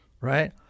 right